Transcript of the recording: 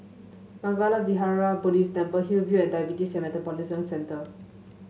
Mangala Vihara Buddhist Temple Hillview and Diabetes Metabolism Centre